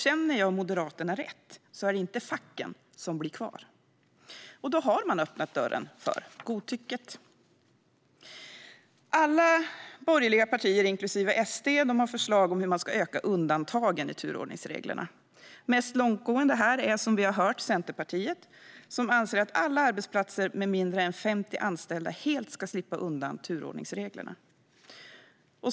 Känner jag Moderaterna rätt är det inte facken som blir kvar, och då har man öppnat dörren för godtycket. Alla borgerliga partier, inklusive SD, har förslag om hur man ska öka undantagen i turordningsreglerna. Mest långtgående här är, som vi har hört, Centerpartiet, som anser att alla arbetsplatser med färre än 50 anställda helt ska slippa undan turordningsreglerna.